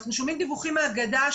אנחנו שומעים דיווחים על הגדה,